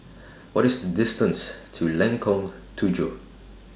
What IS distance to Lengkong Tujuh